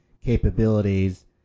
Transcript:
capabilities